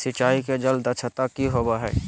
सिंचाई के जल दक्षता कि होवय हैय?